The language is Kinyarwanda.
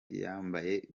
yambaye